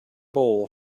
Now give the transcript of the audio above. bowl